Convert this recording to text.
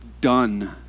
done